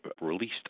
released